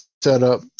setup